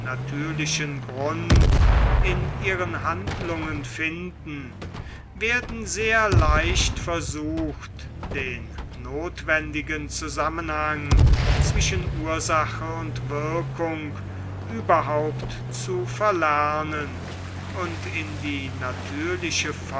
natürlichen grund in ihren handlungen finden werden sehr leicht versucht den notwendigen zusammenhang zwischen ursache und wirkung überhaupt zu verlernen und in die natürliche